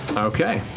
okay.